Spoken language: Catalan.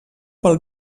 pel